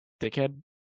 dickhead